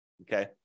Okay